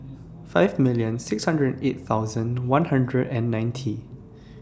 five million six hundred eight thousand one hundred and ninety